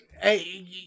Hey